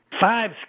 five